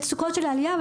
מצוקות של עלייה.